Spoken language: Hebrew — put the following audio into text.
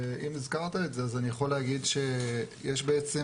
אם הזכרת את זה אני יכול להגיד שיש בעצם